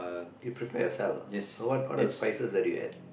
you prepare youself lah so what what are the spices that you have